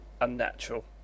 unnatural